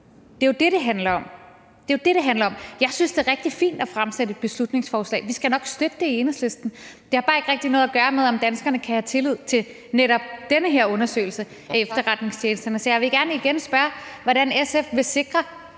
Det er jo det, det handler om! Jeg synes, det er rigtig fint at fremsætte et beslutningsforslag. Vi skal nok støtte det i Enhedslisten. Det har bare ikke rigtig noget at gøre med, om danskerne kan have tillid til netop den her undersøgelse af efterretningstjenesterne. Så jeg vel gerne igen spørge, hvordan SF vil sikre,